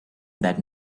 that